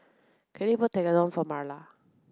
Kalyn bought Tekkadon for Marla